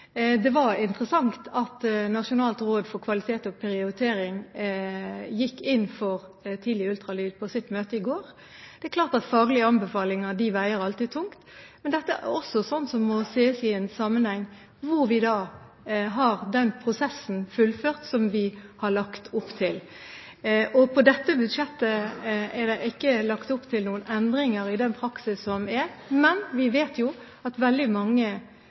Det var interessant at Nasjonalt råd for kvalitet og prioritering gikk inn for tidlig ultralyd på sitt møte i går. Det er klart at faglige anbefalinger alltid veier tungt. Men dette må også ses i en sammenheng, hvor vi da fullfører den prosessen som vi har lagt opp til. I dette budsjettet er det ikke lagt opp til noen endringer i den praksis som er, men vi vet jo at veldig mange